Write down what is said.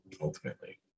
ultimately